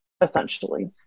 essentially